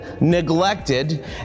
neglected